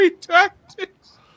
tactics